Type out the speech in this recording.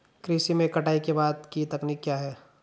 कृषि में कटाई के बाद की तकनीक क्या है?